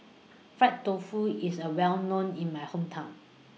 Fried Tofu IS A Well known in My Hometown